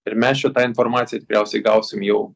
ir mes čia tą informaciją tikriausiai gausim jau